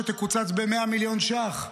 שתקוצץ ב-100 מיליון ש"ח,